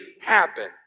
happen